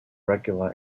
regular